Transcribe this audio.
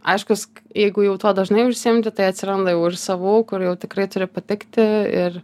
aiškus jeigu jau tuo dažnai užsiimti tai atsiranda jau ir savų kur jau tikrai turi patikti ir